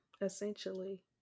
essentially